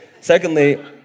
Secondly